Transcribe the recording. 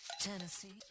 Tennessee